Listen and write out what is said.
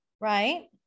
right